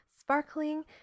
sparkling